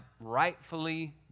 rightfully